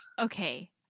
Okay